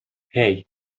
hey